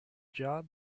job